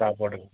சாப்பாட்டுக்கு